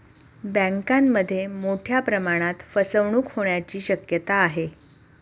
बँकांमध्ये मोठ्या प्रमाणात फसवणूक होण्याची शक्यता आहे